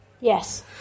yes